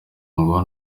ngo